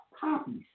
copies